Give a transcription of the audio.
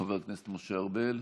חבר הכנסת משה ארבל,